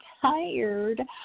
tired